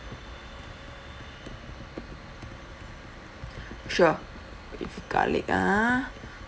sure with garlic ah